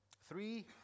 three